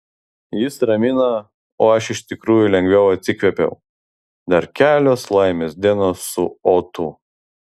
jis ramina o aš iš tikrųjų lengviau atsikvėpiau dar kelios laimės dienos su otu